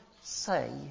say